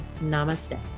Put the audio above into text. Namaste